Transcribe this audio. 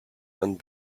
and